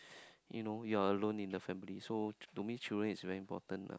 you know you are alone in the family so to me children is very important lah